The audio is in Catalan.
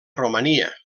romania